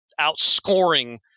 outscoring